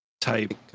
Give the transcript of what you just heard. type